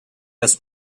das